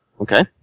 Okay